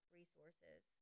resources